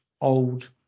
old